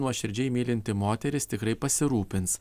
nuoširdžiai mylinti moteris tikrai pasirūpins